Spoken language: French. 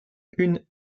une